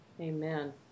Amen